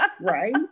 Right